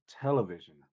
television